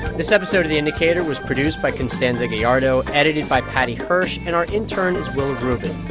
this episode of the indicator was produced by constanza gallardo, edited by paddy hirsch. and our intern is willa rubin.